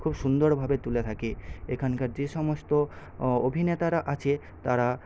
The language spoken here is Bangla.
খুব সুন্দরভাবে তুলে থাকে এখানকার যে সমস্ত অভিনেতারা আছে তারা